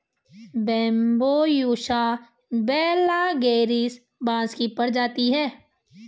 Bambusa vulgaris बाँस की प्रजाति है